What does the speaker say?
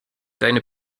deine